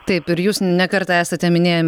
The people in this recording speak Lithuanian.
taip ir jūs ne kartą esate minėję